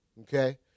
Okay